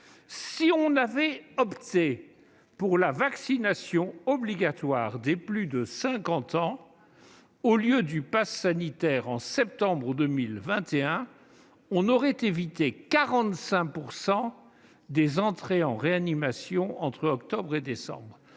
Si l'on avait opté pour la vaccination obligatoire des plus de cinquante ans au lieu du passe sanitaire en septembre 2021, on aurait évité 45 % des entrées en réanimation entre octobre et décembre.